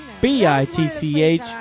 B-I-T-C-H